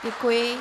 Děkuji.